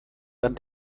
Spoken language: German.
dann